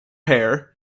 pair